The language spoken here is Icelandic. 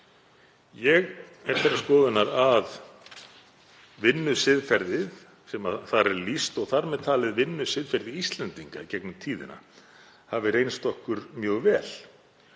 Ég er þeirrar skoðunar að vinnusiðferðið sem þar er lýst, og þar með talið vinnusiðferði Íslendinga í gegnum tíðina, hafi reynst okkur mjög vel